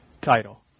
title